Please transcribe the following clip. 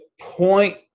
point